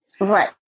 Right